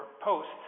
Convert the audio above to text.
post